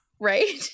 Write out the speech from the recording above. Right